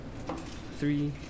Three